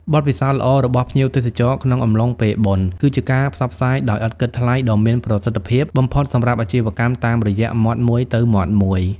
បទពិសោធន៍ល្អរបស់ភ្ញៀវទេសចរក្នុងអំឡុងពេលបុណ្យ គឺជាការផ្សព្វផ្សាយដោយឥតគិតថ្លៃដ៏មានប្រសិទ្ធភាពបំផុតសម្រាប់អាជីវកម្មតាមរយៈមាត់មួយទៅមាត់មួយ។